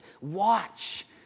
watch